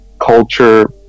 culture